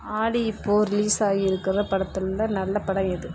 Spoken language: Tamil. ஆலி இப்போது ரிலீஸ் ஆகியிருக்குற படத்தில் நல்ல படம் எது